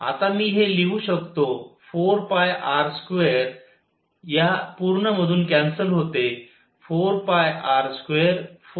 आता मी हे लिहू शकतो 4πr2या पूर्ण मधून कॅन्सल होते 4πr24πr24πr2